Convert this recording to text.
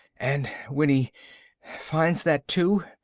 and when he finds that, too,